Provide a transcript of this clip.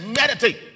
meditate